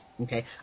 Okay